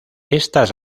estas